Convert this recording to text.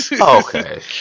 Okay